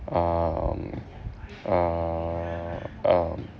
um uh um